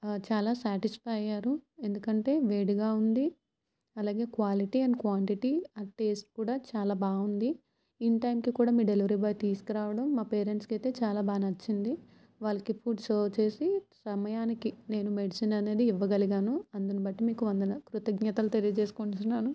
చాలా సాటిస్ఫై అయ్యారు ఎందుకంటే వేడిగా ఉంది అలాగే quality and quantity and taste కూడా చాలా బావుంది ఇన్ టైంకి కూడా మీ డెలివరీ బాయ్ తీసుకురావడం మా పేరెంట్స్కి తే చాలా బాగా నచ్చింది వాళ్ళకి ఫుడ్ సర్వ్ చేసి సమయానికి నేను మెడిసిన్ అనేది ఇవ్వగలిగాను అందును బట్టి మీకు వందనాలు కృతజ్ఞతలు తెలియజేసుకుంటున్నాను